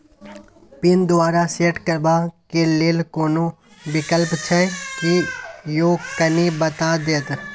Pin दोबारा set करबा के लेल कोनो विकल्प छै की यो कनी बता देत?